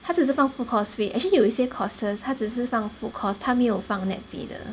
他只是放 full course fee actually 有一些 courses 他只是放 full course 他没有放 nett fee 的